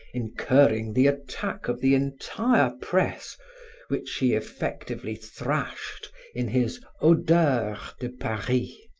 incurring the attack of the entire press which he effectively thrashed in his odeurs de paris,